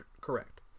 correct